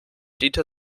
dieter